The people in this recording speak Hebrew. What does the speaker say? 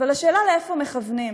אבל השאלה הוא לאיפה מכוונים,